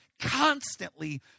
constantly